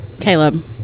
caleb